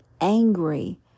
angry